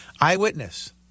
Eyewitness